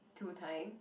two time